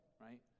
right